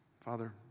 Father